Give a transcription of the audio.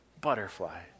butterfly